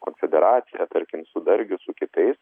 konfederacija tarkim su dargiu su kitais